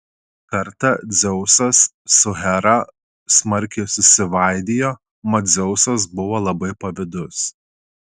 kartą dzeusas su hera smarkiai susivaidijo mat dzeusas buvo labai pavydus